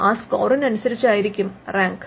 ആ സ്കോറിനനുസരിച്ചായിരിക്കും റാങ്ക്